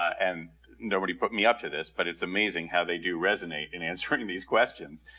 and nobody put me up to this, but it's amazing how they do resonate in answering these questions.